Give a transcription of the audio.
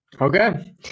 Okay